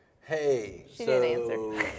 hey